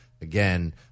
again